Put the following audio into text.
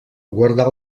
guardar